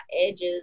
edges